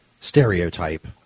stereotype